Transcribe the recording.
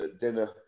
dinner